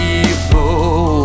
evil